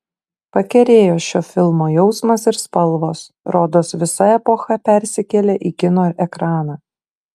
pakerėjo šio filmo jausmas ir spalvos rodos visa epocha persikėlė į kino ekraną